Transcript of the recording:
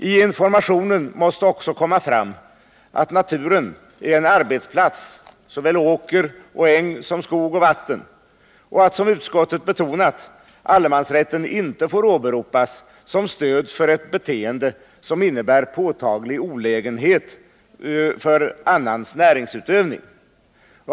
I informationen måste också komma fram att naturen är en arbetsplats — det gäller såväl åker och äng som skog och vatten — och att, som utskottet betonat, allemansrätten inte får åberopas som stöd för ett beteende som innebär påtaglig olägenhet för annans näringsutövning.